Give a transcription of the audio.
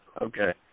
okay